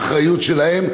האחריות שלהם,